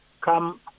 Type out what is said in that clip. come